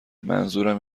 منظورم